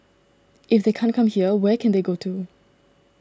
if they can't come here where can they go to